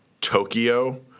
Tokyo